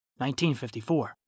1954